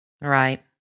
Right